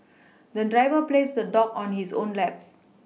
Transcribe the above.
the driver placed the dog on his own lap